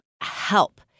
help